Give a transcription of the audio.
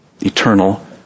eternal